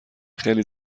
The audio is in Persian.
خیلی